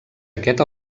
aquest